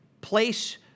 place